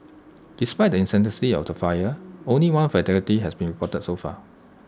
despite the intensity of the fires only one fatality has been reported so far